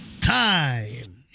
Time